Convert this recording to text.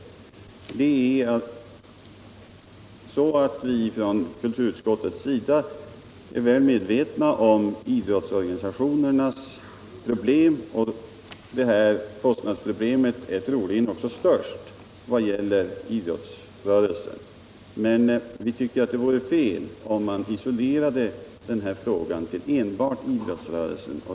Inom kulturutskottet är vi väl medvetna om idrottsorganisationernas problem beträffande resekostnader och inser att det troligen också är störst inom idrottsrörelsen. Men vi tycker att det vore fel, om man isolerade denna fråga enbart till idrottsrörelsen.